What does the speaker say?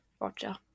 Roger